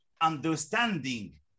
understanding